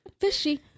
Fishy